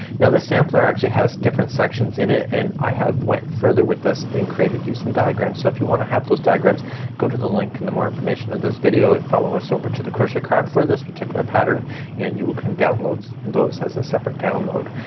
now this sampler actually has different sections in it and i have went further with this and created you some diagrams. so if you wanna have those diagrams go to the link the more information of this video and follow us over to the crochet crowd for this particular pattern and you can download those as a separate download.